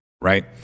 right